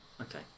Okay